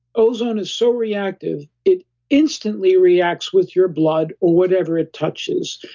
ozone is so reactive, it instantly reacts with your blood or whatever it touches.